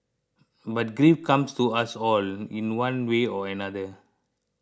but grief comes to us all in one way or another